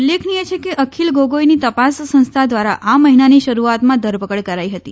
ઉલ્લેખનીય છે કે અખિલ ગોગોઈની તપાસ સંસ્થા દ્રારા આ મહિનાની શરૂઆતમાં ધરપકડ કરાઈ હતી